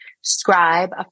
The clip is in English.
scribe